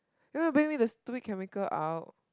you want to bring me this stupid chemical out